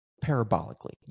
parabolically